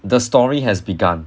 the story has begun